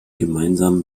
gemeinsamen